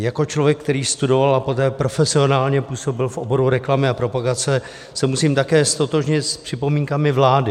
Jako člověk, který studoval a poté profesionálně působil v oboru reklamy a propagace se musím také ztotožnit s připomínkami vlády.